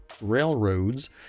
railroads